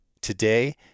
Today